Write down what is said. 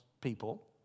people